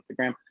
Instagram